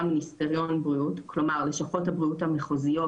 מיניסטריון הבריאות כלומר לשכות הבריאות המחוזיות,